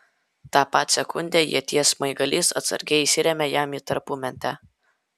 tą pat sekundę ieties smaigalys atsargiai įsirėmė jam į tarpumentę